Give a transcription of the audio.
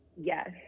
Yes